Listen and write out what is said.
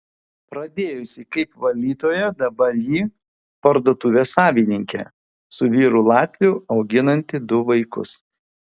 pradėjusi kaip valytoja dabar ji parduotuvės savininkė su vyru latviu auginanti du vaikus